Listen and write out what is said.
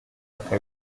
kabisa